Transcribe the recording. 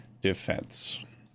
defense